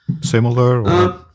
Similar